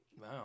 wow